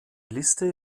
liste